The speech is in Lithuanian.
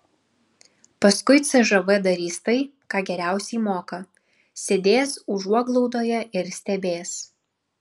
paskui cžv darys tai ką geriausiai moka sėdės užuoglaudoje ir stebės